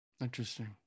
Interesting